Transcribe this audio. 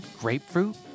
grapefruit